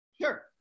Sure